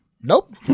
Nope